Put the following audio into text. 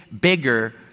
bigger